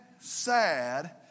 Sad